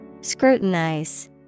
Scrutinize